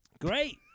Great